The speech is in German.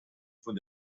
von